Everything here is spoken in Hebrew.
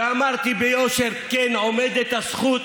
ואמרתי ביושר: כן, עומדת הזכות